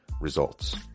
results